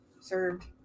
served